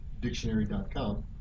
dictionary.com